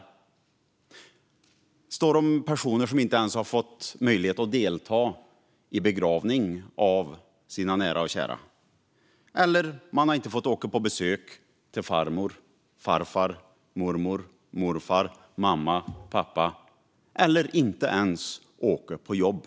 Det står om personer som inte ens fått möjlighet att delta vid begravning av sina nära och kära. Det står om personer som inte fått åka på besök hos farmor, farfar, mormor, morfar, mamma eller pappa eller inte ens fått åka på jobb.